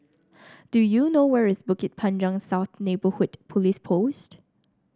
do you know where is Bukit Panjang South Neighbourhood Police Post